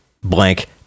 blank